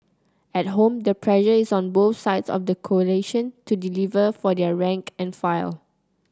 at home the pressure is on both sides of the coalition to deliver for their rank and file